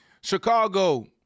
Chicago